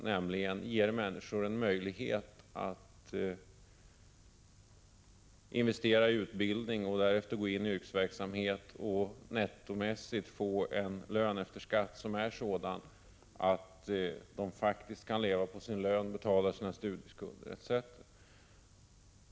Vi måste ge människor en möjlighet att investera i utbildning och därefter gå in i yrkesverksamhet och få en lön som netto efter skatt är sådan att de faktiskt kan leva på sin lön, betala sina studieskulder etc.